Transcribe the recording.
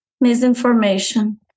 misinformation